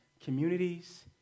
communities